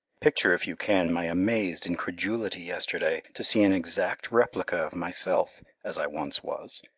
picture if you can my amazed incredulity yesterday to see an exact replica of myself as i once was,